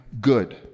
good